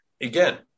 again